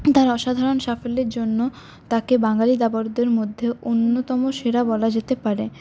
তাঁর অসাধারণ সাফল্যের জন্য তাঁকে বাঙালি দাবাড়ুদের মধ্যে অন্যতম সেরা বলা যেতে পারে